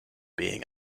being